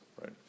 right